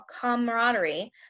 camaraderie